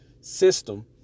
system